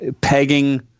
pegging